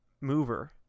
mover